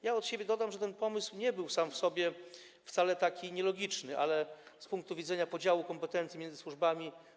Ja od siebie dodam, że ten pomysł nie był sam w sobie wcale taki nielogiczny, ale z punktu widzenia podziału kompetencji między służby.